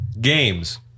games